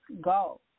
go